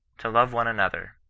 to love one another,